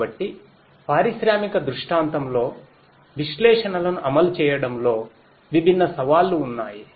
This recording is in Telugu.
కాబట్టి పారిశ్రామిక దృష్టాంతంలో విశ్లేషణలను అమలు చేయడంలో విభిన్న సవాళ్లు ఉన్నాయి